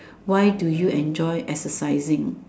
why do you enjoy exercising